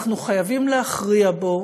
אנחנו חייבים להכריע בו.